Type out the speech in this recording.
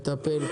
מטפל,